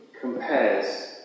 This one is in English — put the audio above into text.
compares